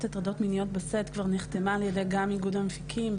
הטרדות מיניות כבר נחתמה על ידי איגוד המפיקים.